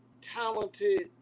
talented